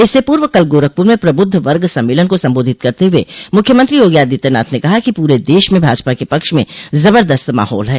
इससे पूर्व कल गोरखपुर में प्रबुद्ध वर्ग सम्मेलन को सम्बोधित करते हुए मुख्यमंत्री योगी आदित्यनाथ ने कहा कि पूरे देश में भाजपा के पक्ष में जबरदस्त माहौल है